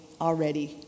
already